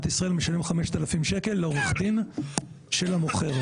ישראל משלם 5,000 שקל לעורך דין של המוכר,